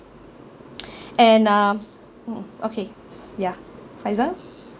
and uh mm okay ya faizal